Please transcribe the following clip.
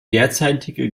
derzeitige